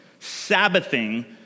Sabbathing